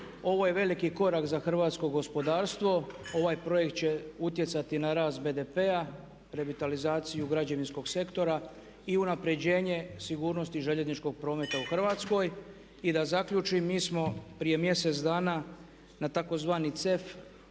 Ovo je veliki korak za hrvatsko gospodarstvo. Ovaj projekt će utjecati na rast BDP-a, revitalizaciju građevinskog sektora i unapređenje sigurnosti željezničkog prometa u Hrvatskoj. I da zaključim mi smo prije mjesec dana na tzv. CEF